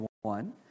one